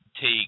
take